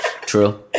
True